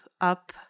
Up